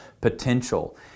potential